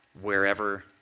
wherever